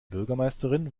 bürgermeisterin